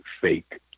fake